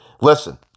Listen